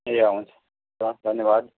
ए अँ हुन्छ हवस् धन्यवाद